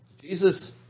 Jesus